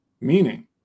meaning